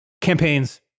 campaigns